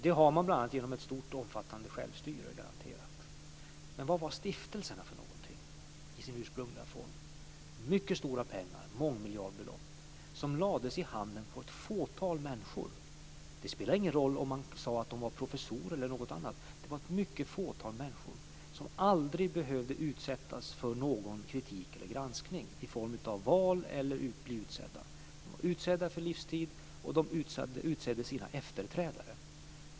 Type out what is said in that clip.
Det har man bl.a. garanterat genom ett stort och omfattande självstyre. Men vad var stiftelserna i sin ursprungliga form? Det var mycket stora pengar, mångmiljardbelopp, som lades i handen på ett fåtal människor. Det spelade ingen roll om man sade att de var professorer eller något annat, för det var ett fåtal människor som aldrig behövde utsättas för någon kritik eller granskning i form av val eller att bli utsedda. De var utsedda på livstid, och de utsåg sina efterträdare.